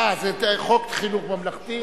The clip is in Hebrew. אה, זה חוק חינוך ממלכתי.